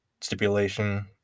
stipulation